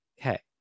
Okay